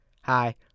Hi